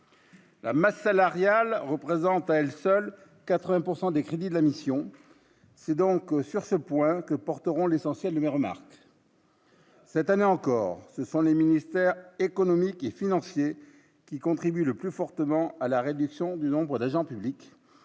La masse salariale représente à elle seule 80 pourcent des crédits de la mission, c'est donc sur ce point que porteront l'essentiel de mes remarques. Cette année encore, ce sont les ministères économiques et financiers qui contribue le plus fortement à la réduction du nombre d'agents publics